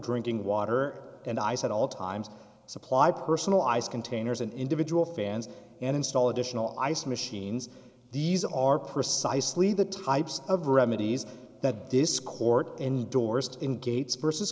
drinking water and ice at all times supply personal ice containers and individual fans and install additional ice machines these are precisely the types of remedies that this court endorsed in gates versus